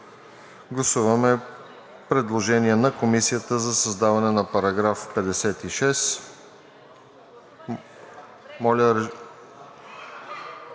Гласуваме предложение на Комисията за създаване на § 56.